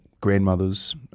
grandmothers